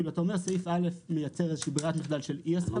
אתה אומר שסעיף (א) מייצר איזושהי ברירת מחדל של אי הסכמה.